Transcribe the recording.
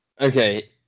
Okay